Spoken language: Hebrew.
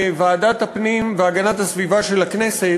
לוועדת הפנים והגנת הסביבה של הכנסת,